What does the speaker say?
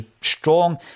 strong